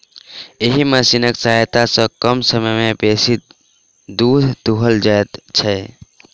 एहि मशीनक सहायता सॅ कम समय मे बेसी दूध दूहल जाइत छै